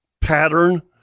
pattern